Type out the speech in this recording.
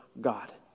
God